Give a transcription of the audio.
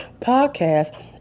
podcast